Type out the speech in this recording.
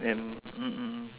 and mm mm mm